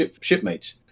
shipmates